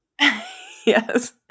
Yes